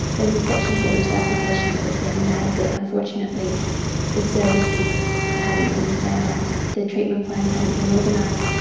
there was a section thirty two application that was being made but unfortunately the services hadn't been found, the treatment plans hadn't been organised,